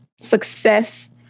success